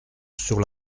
sur